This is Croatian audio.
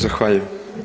Zahvaljujem.